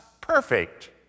perfect